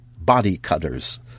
body-cutters